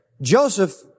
Joseph